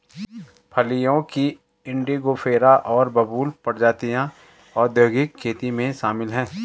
फलियों की इंडिगोफेरा और बबूल प्रजातियां औद्योगिक खेती में शामिल हैं